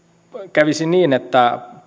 kävisi niin että